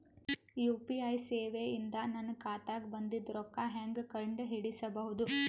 UPI ಸೇವೆ ಇಂದ ನನ್ನ ಖಾತಾಗ ಬಂದಿದ್ದ ರೊಕ್ಕ ಹೆಂಗ್ ಕಂಡ ಹಿಡಿಸಬಹುದು?